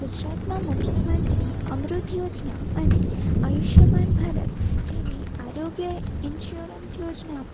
ગુજરાતના મુખ્યમંત્રી અમૃત યોજના અને આયુષ્યમાન ભારત જેવી આરોગ્ય ઇન્સ્યોરન્સ યોજના